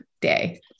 day